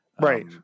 right